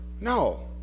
No